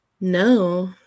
No